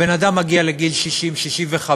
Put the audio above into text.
בן-אדם מגיע לגיל 60 65,